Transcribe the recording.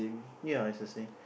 ya it's the same